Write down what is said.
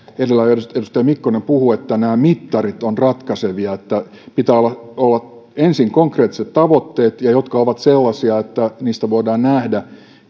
edellä edustaja edustaja mikkonen puhui nämä mittarit ovat ratkaisevia pitää olla ensin konkreettiset tavoitteet jotka ovat sellaisia että niistä voidaan nähdä